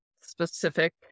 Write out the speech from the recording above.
specific